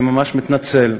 אני ממש מתנצל.